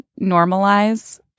normalize